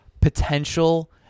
potential